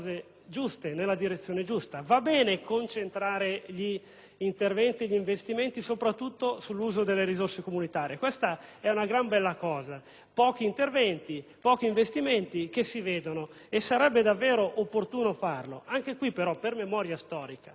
delle cose giuste. Va bene concentrare gli interventi e gli investimenti soprattutto sull'uso delle risorse comunitarie. È una gran bella cosa: pochi interventi e pochi investimenti che si vedono. E sarebbe davvero opportuno farlo. Anche qui, però, per memoria storica